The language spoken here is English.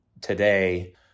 today